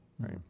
Right